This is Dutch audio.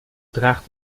draagt